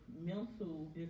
mental